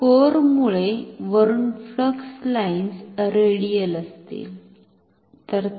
तर कोअरमुळे वरुन फ्लक्स लाईन्स रेडियल असतील